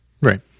Right